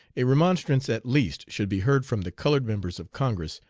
a remonstrance at least should be heard from the colored members of congress,